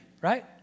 right